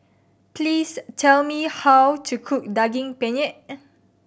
please tell me how to cook Daging Penyet